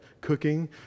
cooking